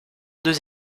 deux